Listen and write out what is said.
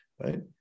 Right